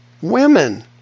Women